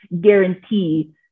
guarantee